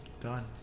Done